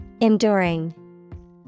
Enduring